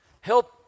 help